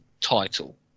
title